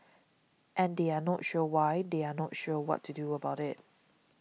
and they are not sure why they are not sure what to do about it